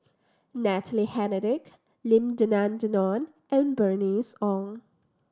Natalie Hennedige Lim Denan Denon and Bernice Ong